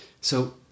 So-